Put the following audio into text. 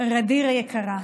ע'דיר היקרה,